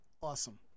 awesome